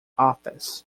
office